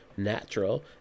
natural